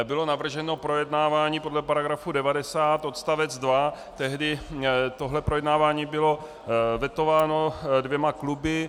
Bylo navrženo projednávání podle § 90 odst. 2, tehdy tohle projednávání bylo vetováno dvěma kluby.